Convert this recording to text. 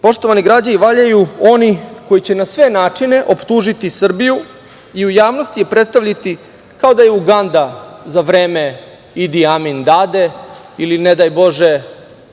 Poštovani građani, valjaju oni koji će na sve načine optužiti Srbiju i u javnosti je predstaviti kao da je Uganda za vreme Idi Amin Dade ili ne daj bože